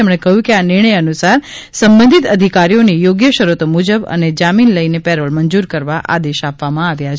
તેમણે કહ્યુ કે આ નિર્ણય અનુસાર સંબધિત અધિકારીઓને યોગ્ય શરતો મુજબ અને જામીન લઇને પેરોલ મંજૂર કરવા આદેશ આપવામાં આવ્યા છે